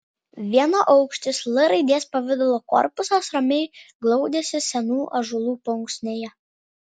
vienaukštis l raidės pavidalo korpusas ramiai glaudėsi senų ąžuolų paunksnėje